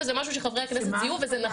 וזה משהו שחברי הכנסת ציינו וזה נכון.